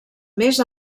més